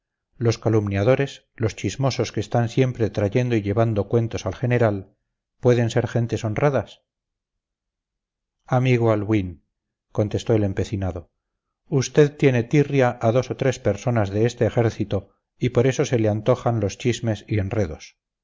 los calumniadores los chismosos que están siempre trayendo y llevando cuentos al general pueden ser gentes honradas amigo albuín contestó el empecinado usted tiene tirria a dos o tres personas de este ejército y por eso se le antojan los chismes y enredos